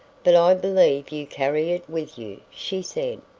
but i believe you carry it with you, she said.